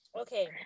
Okay